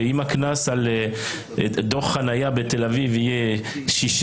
שאם הקנס על דוח חנייה בתל-אביב יהיה 60